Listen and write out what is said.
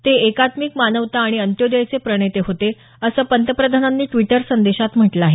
ते एकात्मिक मानवता आणि अंत्योदयचे प्रणेते होते असं पंतप्रधानांनी द्विटर संदेशात म्हटलं आहे